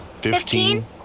fifteen